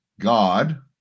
God